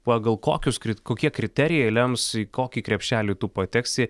pagal kokius krit kokie kriterijai lems į kokį krepšelį tu pateksi